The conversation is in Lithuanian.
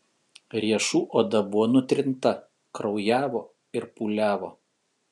riešų oda buvo nutrinta kraujavo ir pūliavo